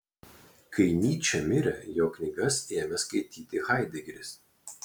kai nyčė mirė jo knygas ėmė skaityti haidegeris